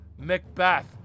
Macbeth